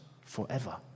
forever